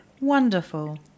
Wonderful